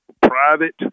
private